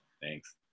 Thanks